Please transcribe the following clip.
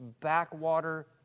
backwater